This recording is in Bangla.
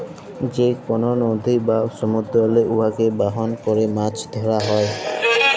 যে কল লদী বা সমুদ্দুরেল্লে উয়াকে বাহল ক্যরে মাছ ধ্যরা হ্যয়